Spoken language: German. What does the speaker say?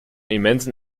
immensen